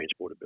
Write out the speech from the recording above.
transportability